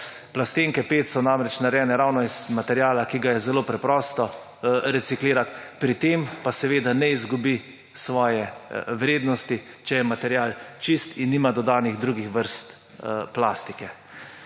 Plastenke 5 so namreč narejene ravno iz materiala, ki ga je zelo preprosto reciklirati, pri tem pa ne izgubi svoje vrednosti, če je material čist in nima dodanih drugih vrst plastike.